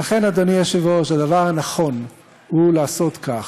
ולכן, אדוני היושב-ראש, הדבר הנכון הוא לעשות כך: